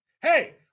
Hey